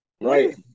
right